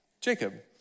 Jacob